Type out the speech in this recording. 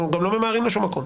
אנחנו גם לא ממהרים לשום מקום.